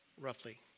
roughly